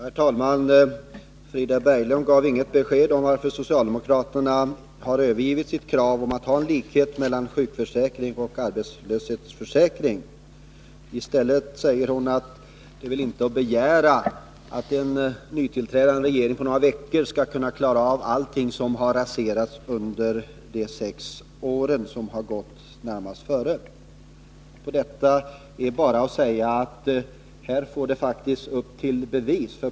Herr talman! Frida Berglund gav inget besked om varför socialdemokraterna övergivit sitt krav om likhet mellan sjukförsäkring och arbetslöshetsförsäkring. I stället säger hon att det väl inte är att begära att en nytillträdande regering på några veckor skall kunna klara upp allting som raserats under de sex år som gått närmast före. Till detta är bara att säga att det här skulle behövas bevis.